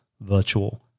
virtual